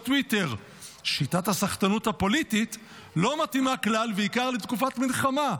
בטוויטר: "שיטת הסחטנות הפוליטית לא מתאימה כלל ועיקר לתקופת מלחמה.